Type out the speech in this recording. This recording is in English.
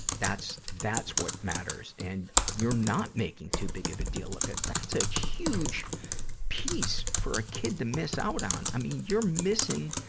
that's, that's what matters. and, you're not making too big of a deal of it. that's a huge piece for a kid to miss out on. i mean, you're missing